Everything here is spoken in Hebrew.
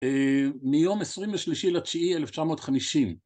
מיום 23-9-1950.